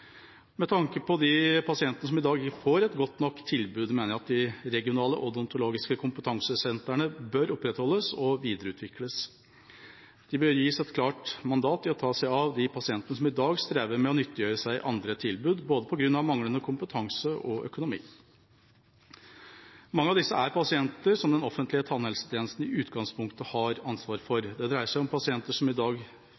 Med tanke på de pasientene som i dag ikke får et godt nok tilbud, mener jeg at de regionale odontologiske kompetansesentrene bør opprettholdes og videreutvikles. De bør gis et klart mandat til å ta seg av de pasientene som i dag strever med å nyttiggjøre seg andre tilbud, både på grunn av manglende kompetanse og på grunn av økonomi. Mange av disse er pasienter som den offentlige tannhelsetjenesten i utgangspunktet har ansvar for. Det dreier seg om pasienter som i dag